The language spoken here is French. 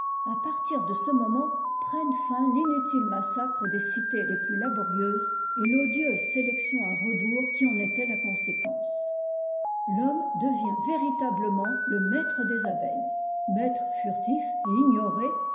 u partir de ce moment prennent fin tinutîle massacre des cités les plus laborieuses et todieuse sélection à rebours qui en était la conséquence l'homme devient véritablement le maître des abeilles maître furtif et ignoré